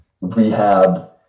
rehab